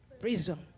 prison